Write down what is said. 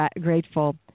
grateful